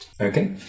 Okay